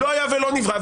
לא היה ולא נברא,